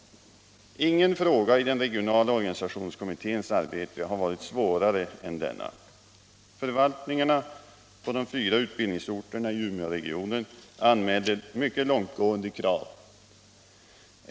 Ingen fråga i den regionala organisationskommitténs arbete har varit svårare än denna. Förvaltningarna på de fyra utbildningsorterna i Umeåregionen anmälde mycket långtgående krav.